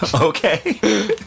Okay